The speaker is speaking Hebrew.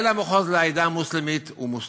מנהל המחוז לעדה המוסלמית הוא מוסלמי,